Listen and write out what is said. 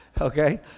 okay